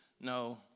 No